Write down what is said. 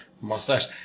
Mustache